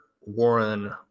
Warren